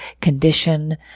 condition